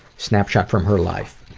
snapshot from her life,